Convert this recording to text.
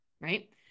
right